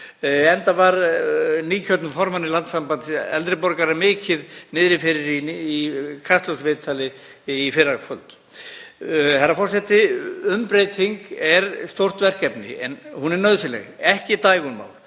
enda var nýkjörnum formanni Landssambands eldri borgara mikið niðri fyrir í Kastljóssviðtali í fyrrakvöld. Herra forseti. Umbreyting er stórt verkefni en hún er nauðsynleg, ekki dægurmál.